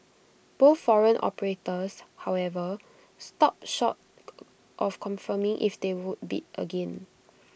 both foreign operators however stopped short of confirming if they would bid again